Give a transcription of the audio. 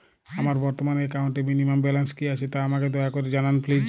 আমার বর্তমান একাউন্টে মিনিমাম ব্যালেন্স কী আছে তা আমাকে দয়া করে জানান প্লিজ